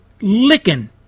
licking